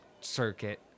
circuit